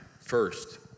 first